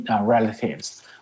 relatives